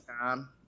time